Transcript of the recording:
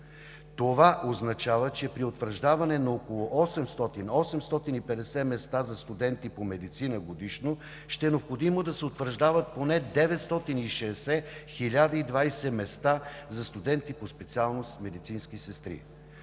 Това означава, че при утвърждаване на около 800 – 850 места годишно за студенти по „Медицина“ ще е необходимо да се утвърждават поне 960 – 1020 места за студенти по специалност „Медицинска сестра“.